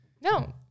No